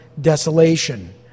desolation